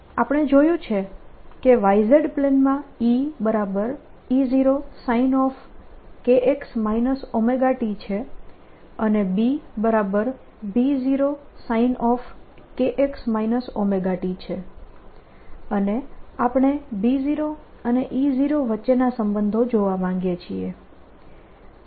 આપણે જોયું કે YZ પ્લેનમાં EE0sin kx ωt છે અને BB0sin kx ωt છે અને આપણે B0 અને E0 વચ્ચેના સંબંધો જોવા માંગીએ છીએ